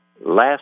last